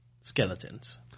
Skeletons